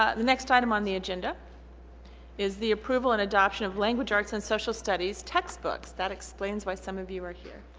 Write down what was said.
ah the next item on the agenda is the approval and adoption of language arts and social studies textbooks. that explains why some of you are here.